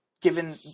given